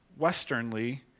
westernly